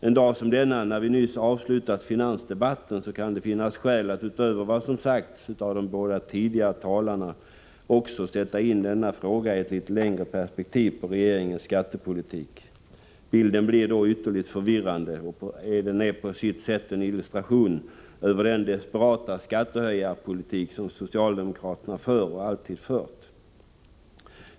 En dag som denna, när vi nyss avslutat finansdebatten, kan det finnas skäl att utöver vad som sagts av de båda tidigare talarna också sätta in denna fråga iettlitet längre perspektiv när det gäller regeringens skattepolitik. Bilden blir då ytterligt förvirrande och på sitt sätt en illustration över den desperata skattehöjarpolitik som socialdemokraterna för och alltid fört.